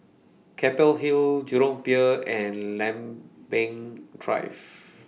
Keppel Hill Jurong Pier and Lempeng Drive